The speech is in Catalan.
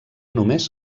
només